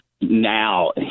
now